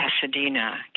Pasadena